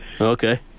Okay